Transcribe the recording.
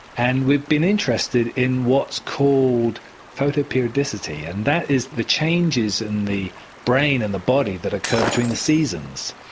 and we've been interested in what's called photoperiodicity, and that is the changes in the brain and the body that occur between the seasons.